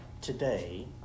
today